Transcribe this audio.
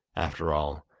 after all,